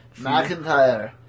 McIntyre